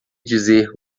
dizer